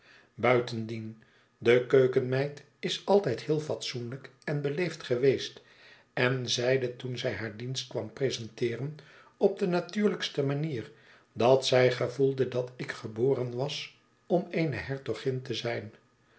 buitendien de keukenmeid is altijd heel fatsoenlijk en beleefd geweest en zeide toen zij haar dienst kwam presenteeren op de natuurlijkste manier dat zij gevoelde dat ik geboren was om eene hertogin te zijn